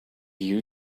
you